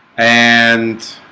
and